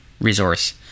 resource